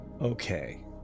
Okay